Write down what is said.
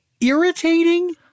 irritating